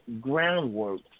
groundwork